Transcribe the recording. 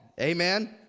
Amen